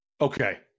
Okay